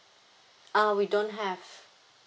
uh we don't have